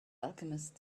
alchemist